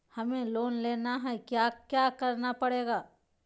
हमें लोन लेना है क्या क्या करना पड़ेगा?